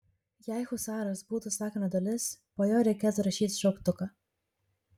jei husaras būtų sakinio dalis po jo reikėtų rašyti šauktuką